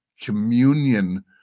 communion